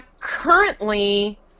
currently